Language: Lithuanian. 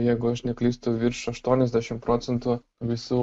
jeigu aš neklystu virš aštuoniasdešimt prococentų visų